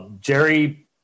Jerry